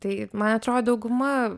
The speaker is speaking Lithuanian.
tai man atrodo dauguma